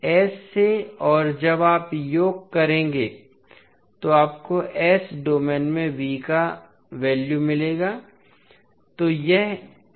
s से और जब आप योग करेंगे तो आपको s डोमेन में v पर वैल्यू मिलेगा